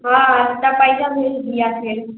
हॅं बी पैसा लिये दियाय के